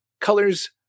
Colors